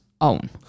own